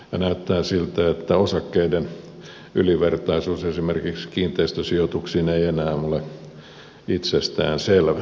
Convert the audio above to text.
näyttää siltä että osakkeiden ylivertaisuus esimerkiksi kiinteistösijoituksiin ei enää ole itsestään selvä